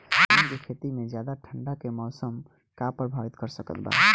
धान के खेती में ज्यादा ठंडा के मौसम का प्रभावित कर सकता बा?